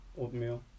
oatmeal